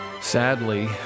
Sadly